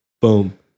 Boom